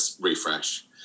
refresh